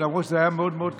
למרות שזה היה מאוד מאוד קשה,